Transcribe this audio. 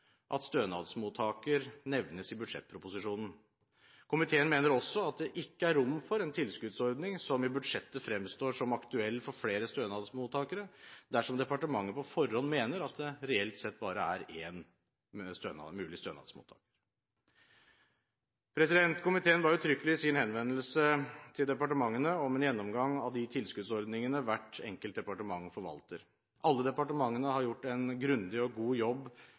at stønadsmottaker nevnes i budsjettproposisjonen. Komiteen mener også at det ikke er rom for en tilskuddsordning som i budsjettet fremstår som aktuell for flere stønadsmottakere, dersom departementet på forhånd mener at det reelt sett bare er én mulig stønadsmottaker. Komiteen ba uttrykkelig i sin henvendelse til departementene om en gjennomgang av de tilskuddsordningene hvert enkelt departement forvalter. Alle departementene har gjort en grundig og god jobb